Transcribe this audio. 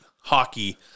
hockey